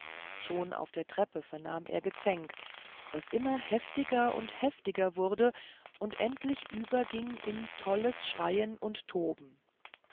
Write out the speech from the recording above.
schon auf der treppe vernahm er gezänk das immer heftiger und heftiger wurde und endlich überging in tolles schreien und toben